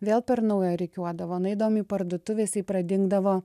vėl per naują rikiuodavo nueidavom į parduotuvę jisai pradingdavo